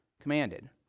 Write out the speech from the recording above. commanded